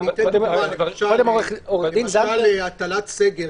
למשל הטלת סגר,